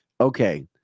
Okay